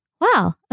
wow